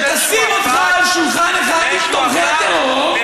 שתשים אותך על שולחן אחד עם תומכי הטרור.